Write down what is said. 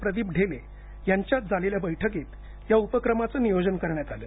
प्रदीप ढेले यांच्या झालेल्या बैठकीत याउपक्रमाचं नियोजन करण्यात आलं